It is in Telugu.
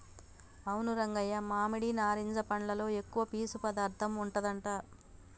అవును రంగయ్య మామిడి నారింజ పండ్లలో ఎక్కువ పీసు పదార్థం ఉంటదట